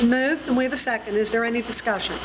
at moved away the second is there any discussion